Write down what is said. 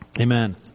Amen